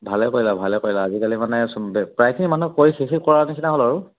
ভালে কৰিলা ভালে কৰিলা আজিকালি মানে চব প্ৰায়খিনি মানুহক কৈ শেষেই কৰা নিচিনা হ'ল আৰু